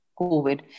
COVID